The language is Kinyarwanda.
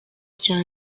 cya